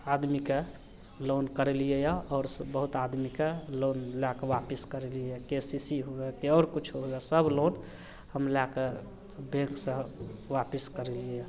आदमीकेँ लोन करेलिए यऽ आओर बहुत आदमीकेँ लोन लैके आपस करेलिए यऽ के सी सी हुए कि आओर किछु होइ सब लोन हम लैके बैँकसे आपस करेलिए यऽ